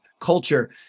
culture